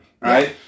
right